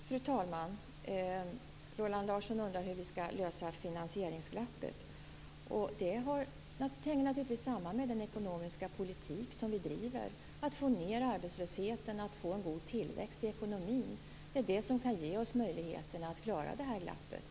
Fru talman! Roland Larsson undrar hur vi skall lösa finansieringsglappet. Det hänger naturligtvis samman med den ekonomiska politik som vi driver: att få ned arbetslösheten och få en god tillväxt i ekonomin. Det är det som kan ge oss möjligheterna att klara det här glappet.